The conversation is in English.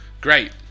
Great